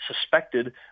suspected